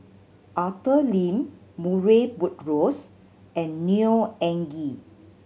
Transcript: Arthur Lim Murray Buttrose and Neo Anngee